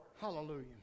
Hallelujah